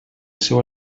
seua